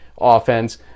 offense